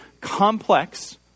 complex